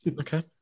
Okay